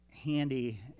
handy